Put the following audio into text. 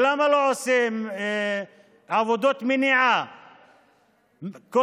למה לא עושים עבודות מניעה קודמות,